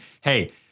hey